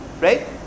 right